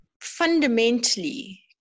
fundamentally